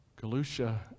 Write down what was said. Galusha